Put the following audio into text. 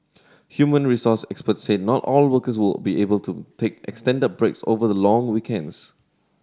human resource experts said not all workers will be able to take extended breaks over the long weekends